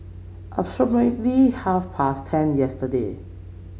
approximately half past ten yesterday